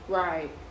right